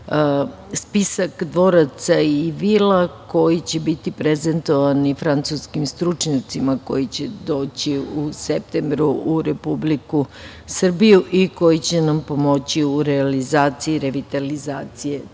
spisak dvoraca i vila koji će biti prezentovani francuskim stručnjacima koji će doći u septembru u Republiku Srbiju i koji će nam pomoći u realizaciji revitalizacije takvih